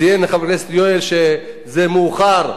ציין חבר הכנסת יואל שזה מאוחר.